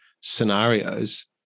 scenarios